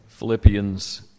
Philippians